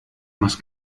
más